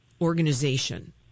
organization